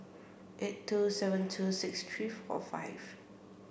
eight two seven two six three four five